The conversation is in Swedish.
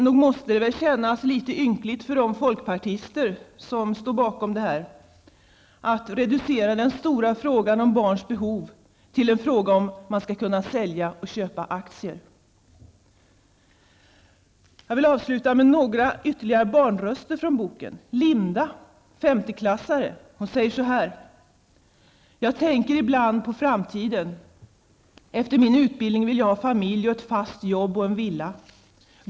Nog måste det kännas litet ynkligt för de folkpartister som står bakom detta att reducera den stora frågan om barns behov till en fråga om man skall kunna sälja och köpa aktier. Jag vill avsluta med några ytterligare barnröster från boken. Linda, femteklassare, säger så här: ''Jag tänker ibland på framtiden. Efter min utbildning vill jag ha en familj, ett fast jobb och egen villa.